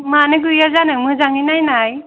मानो गैयै जानो मोजाङै नायनाय